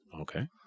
Okay